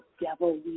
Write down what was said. devil